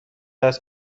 است